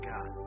God